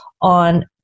on